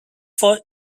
for